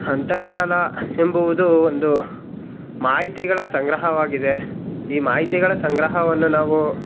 ಅಂತರ್ಜಾಲ ಎಂಬುವುದು ಒಂದು ಮಾಹಿತಿಗಳ ಸಂಗ್ರಹವಾಗಿದೆ ಈ ಮಾಹಿತಿಗಳ ಸಂಗ್ರಹವನ್ನು ನಾವು